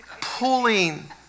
pulling